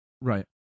Right